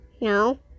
No